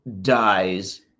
dies